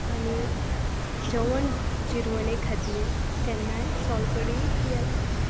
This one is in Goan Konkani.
आनी जेवण जिरवणे खातीर केन्नाय सोलकडी पियेतात